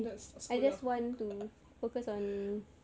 that's sekolah